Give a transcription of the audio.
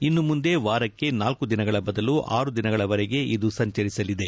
ಇನ್ನು ಮುಂದೆ ವಾರಕ್ಕೆ ನಾಲ್ಕು ದಿನಗಳ ಬದಲು ಆರು ದಿನಗಳವರೆಗೆ ಇದು ಸಂಚರಿಸಲಿದೆ